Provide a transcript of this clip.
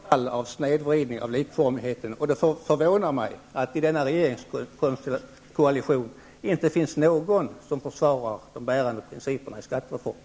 Herr talman! Jag kan bara konstatera att här föreligger ett klart fall av snedvridning av likformigheten. Det förvånar mig att det i denna regeringskoalition inte finns någon som försvarar de bärande principerna i skattereformen.